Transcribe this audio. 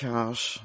Cash